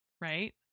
right